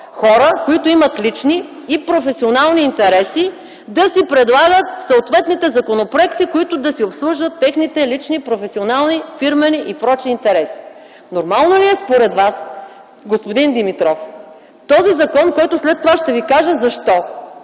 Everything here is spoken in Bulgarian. хора, които имат лични и професионални интереси да си предлагат съответните законопроекти, с които да си обслужват техните лични, професионални, фирмени и прочее интереси. Нормално ли е според Вас, господин Димитров, този закон, след това ще Ви кажа защо,